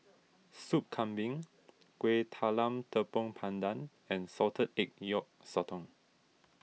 Soup Kambing Kueh Talam Tepong Pandan and Salted Egg Yolk Sotong